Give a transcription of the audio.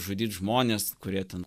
žudyt žmones kurie ten